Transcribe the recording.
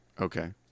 Okay